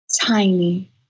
tiny